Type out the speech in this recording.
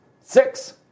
Six